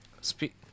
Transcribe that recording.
Speak